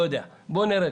אני לא יודע, בואו נראה.